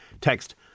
text